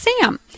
Sam